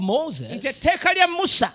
Moses